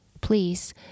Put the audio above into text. please